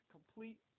Complete